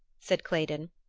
said claydon,